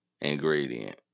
ingredient